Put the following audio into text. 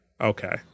okay